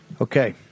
Okay